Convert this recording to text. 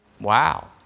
Wow